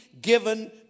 given